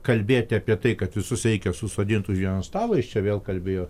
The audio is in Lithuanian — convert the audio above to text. kalbėti apie tai kad visus reikia susodint už vieno stalo jis čia vėl kalbėjo